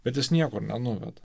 bet jis niekur nenuveda